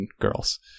girls